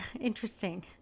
interesting